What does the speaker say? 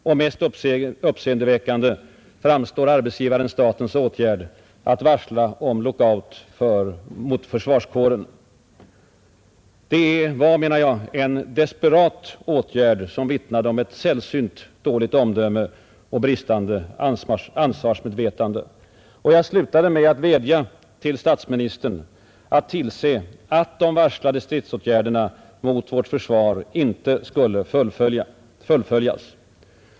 Och som mest uppseendeväckande framstod, sade jag, arbetsgivaren-statens åtgärd att varsla om lockout av officerskåren. Det var, menade jag, en desperat åtgärd som vittnade om ett sällsynt dåligt omdöme och bristande ansvarsmedvetande. Jag slutade med att vädja till statsministern att tillse att de varslade stridsåtgärderna mot vårt försvar inte skulle fullföljas.